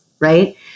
right